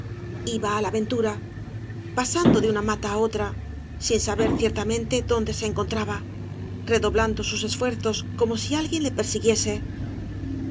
iba á la ventura pasando de una mata á otra sin saber ciertamente dónde se encontraba redoblando sus esfuerzos como si alguien le persiguiese la